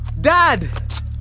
Dad